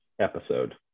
episode